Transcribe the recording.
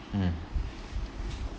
mm